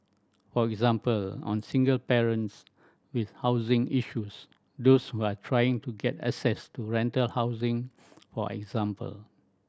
for example on single parents with housing issues those who are trying to get access to rental housing for example